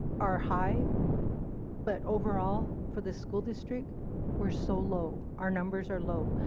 are high but overall for this school district we are so low. our numbers are low.